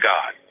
God